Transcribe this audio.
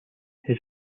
his